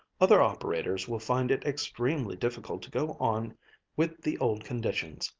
other operators will find it extremely difficult to go on with the old conditions.